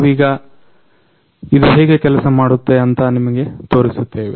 ನಾವೀಗ ಇದು ಹೇಗೆ ಕೆಲಸಮಾಡುತ್ತೆ ಅಂತ ನಿಮಗೆ ತೋರಿಸುತ್ತೇವೆ